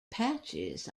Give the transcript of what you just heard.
patches